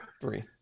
Three